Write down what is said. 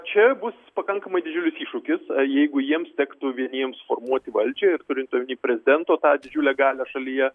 čia bus pakankamai didžiulis iššūkis jeigu jiems tektų vieniems formuoti valdžią ir turint omeny prezidento tą didžiulę galią šalyje